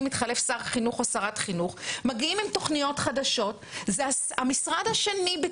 התוכנית הזאת,